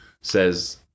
says